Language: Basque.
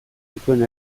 dituen